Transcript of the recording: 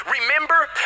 Remember